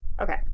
okay